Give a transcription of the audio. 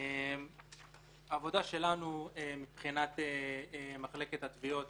העבודה שלנו מבחינת מחלקת התביעות